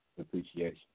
appreciation